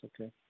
okay